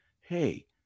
Hey